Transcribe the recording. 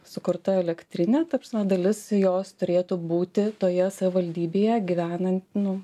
sukurta elektrinė ta prasme dalis jos turėtų būti toje savivaldybėje gyvenant nu